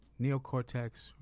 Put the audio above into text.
neocortex